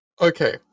okay